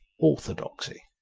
orthodoxy